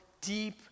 deep